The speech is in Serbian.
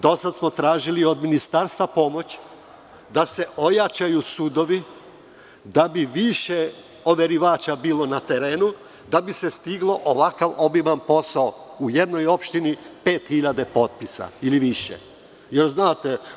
Do sada smo tražili od ministarstva pomoć da se ojačaju sudovi da bi više overivača bilo na terenu da bi se stigao ovakav obiman posao, u jednoj opštini 5.000 ili više potpisa.